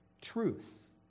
truth